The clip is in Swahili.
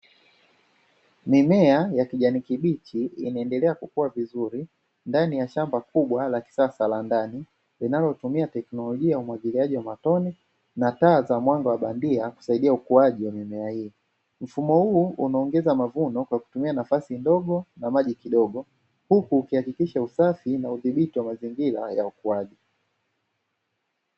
Mimea ya kijani kibichi inaendelea kukua vizuri ndani ya shamba kubwa la kisasa la ndani, linalotumia teknolojia ya umwagiliaji wa matoni na taa za mwanga wa bandia kusaidia ukuaji wa mimea hii. Mfumo huu unaongeza mavuno kwa kutumia nafasi ndogo na maji kidogo, huku ukihakikisha usafi na udhibiti wa mazingira ya ukuaji.